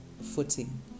footing